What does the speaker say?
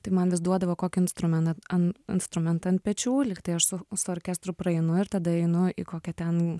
tai man vis duodavo kokį instrumeną an instrumentą ant pečių lygtai aš su su orkestru praeinu ir tada einu į kokią ten